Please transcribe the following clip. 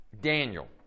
Daniel